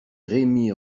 rémy